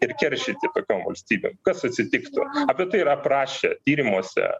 ir keršyti tokiom valstybėm kas atsitiktų apie tai yra aprašę tyrimuose